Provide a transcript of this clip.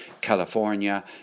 California